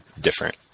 different